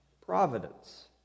providence